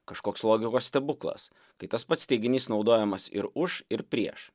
kažkoks logikos stebuklas kai tas pats teiginys naudojamas ir už ir prieš